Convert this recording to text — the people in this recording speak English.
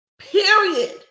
Period